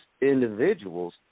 individuals